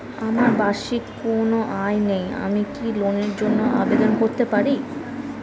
আমার বার্ষিক কোন আয় নেই আমি কি লোনের জন্য আবেদন করতে পারি?